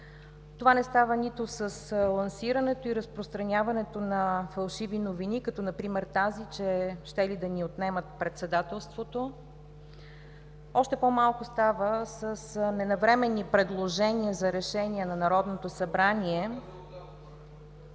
Това не става нито с лансирането и разпространяването на фалшиви новини, като например тази, че щели да ни отнемат председателството. Още по-малко става с ненавременни предложения за решения на Народното събрание…